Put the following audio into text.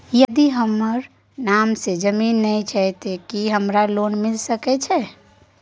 यदि हमर नाम से ज़मीन नय छै ते की हमरा लोन मिल सके छै?